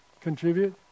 contribute